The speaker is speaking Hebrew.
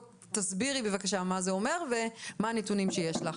תסבירי בבקשה מה זה אומר ומה הנתונים שיש לך.